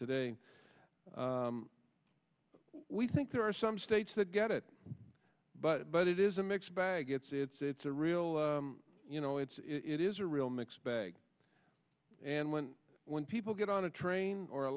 today we think there are some states that get it but but it is a mixed bag it's it's it's a real you know it's it is a real mixed bag and when when people get on a train or a